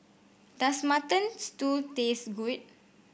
does Mutton Stew taste good